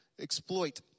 exploit